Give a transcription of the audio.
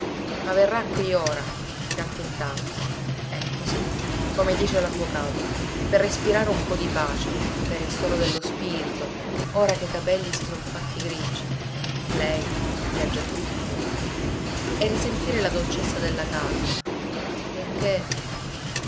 ma verrà qui ora di tanto in tanto ecco sì come dice l'avvocato per respirare un po di pace per ristoro dello spirito ora che i capelli si son fatti grigi lei li ha già tutti bianchi e risentire la dolcezza della casa benché